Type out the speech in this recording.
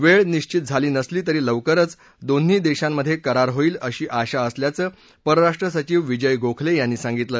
वेळ निशित झाली नसली तरी लवकरच दोन्ही देशांमधे करार होईल अशी आशा असल्याचं परराष्ट्र सचीव विजय गोखले यांनी सांगितलं